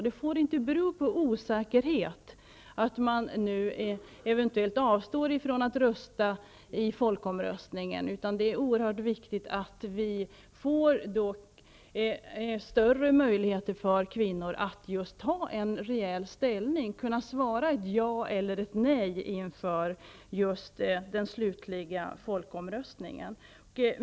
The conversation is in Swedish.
Det får inte bero på osäkerhet att man eventuellt avstår från att delta i folkomröstningen, utan det är oerhört viktigt att vi åstadkommer större möjligheter för just kvinnor att ta ställning och svara ja eller nej vid den slutliga folkomröstningen.